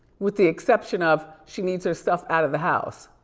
with the exception of she needs her stuff out of the house.